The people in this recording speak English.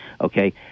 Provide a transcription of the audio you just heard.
Okay